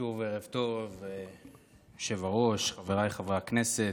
שוב ערב טוב, היושב-ראש, חבריי חברי הכנסת,